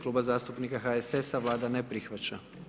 Kluba zastupnika HSS-a, Vlada ne prihvaća.